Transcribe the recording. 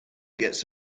gets